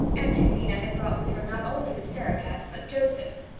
aunt jamesina had brought with her not only the sarah-cat but joseph.